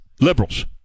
liberals